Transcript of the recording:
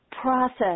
process